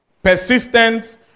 Persistent